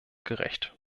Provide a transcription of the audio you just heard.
gerecht